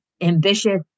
ambitious